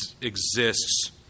exists